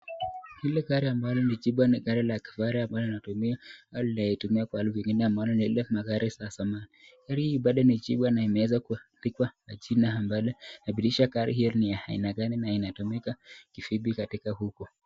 Hili gari ambalo ni jipya na gari la kifahari ambalo linatumiwa, halijatumiwa kwa hali yoyote. Ni ile magari za zamani. Gari hili bado ni jipya na limeweza kuandikwa jina ambalo linadhihirisha gari hili ni ya aina gani na inatumika vipi katika huko.